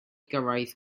gyrraedd